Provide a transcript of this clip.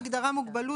לגבי ההגדרה "מוגבלות",